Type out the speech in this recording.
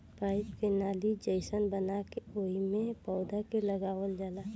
pipe के नाली जइसन बना के ओइमे पौधा के लगावल जाला